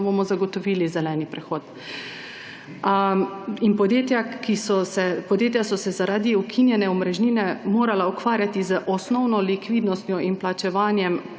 bomo zagotovili zeleni prehod. Podjetja so se zaradi ukinjene omrežnine morala ukvarjati z osnovno likvidnostjo in plačevanjem